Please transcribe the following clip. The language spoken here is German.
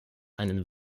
einen